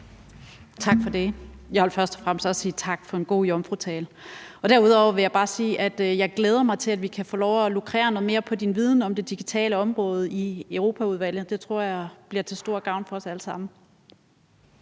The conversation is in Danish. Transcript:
Tak for det. Jeg vil først og fremmest også sige tak for en god jomfrutale. Og derudover vil jeg bare sige, at jeg glæder mig til, at vi kan få lov at lukrere noget mere på din viden om det digitale område i Europaudvalget. Det tror jeg bliver til stor gavn for os alle sammen.